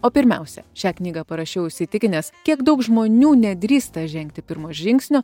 o pirmiausia šią knygą parašiau įsitikinęs kiek daug žmonių nedrįsta žengti pirmo žingsnio